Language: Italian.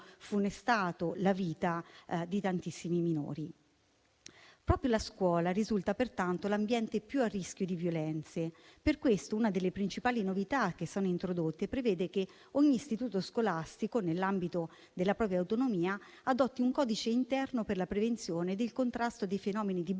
la vita di tantissimi minori. Proprio la scuola risulta, pertanto, l'ambiente più a rischio di violenze e per questo una delle principali novità introdotte prevede che ogni istituto scolastico, nell'ambito della propria autonomia, adotti un codice interno per la prevenzione del contrasto dei fenomeni di bullismo